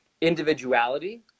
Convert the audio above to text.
Individuality